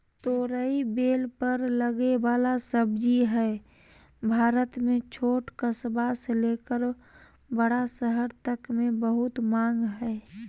तोरई बेल पर लगे वला सब्जी हई, भारत में छोट कस्बा से लेकर बड़ा शहर तक मे बहुत मांग हई